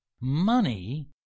Money